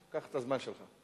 חבר הכנסת משה מטלון, שלוש דקות.